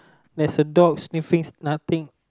there's a dog sniffing s~ nothing